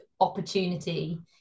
opportunity